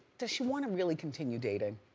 does she wanna really continue dating?